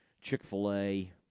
Chick-fil-A